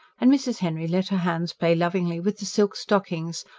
and mrs. henry let her hands play lovingly with the silk stockings,